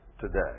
today